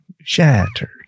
Shattered